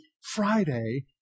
Friday